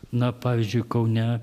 na pavyzdžiui kaune